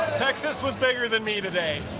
texas was bigger than me today.